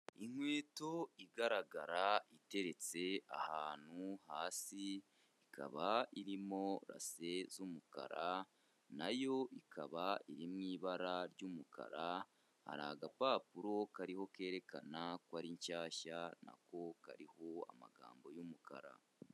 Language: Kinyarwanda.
Inkweto igaragara iteretse ahantu hasi, ikaba irimo rase z'umukara, na yo ikaba iri mu ibara ry'umukara, hari agapapuro kariho kerekana ko ari nshyashya, na ko kariho amagambo y'umukara.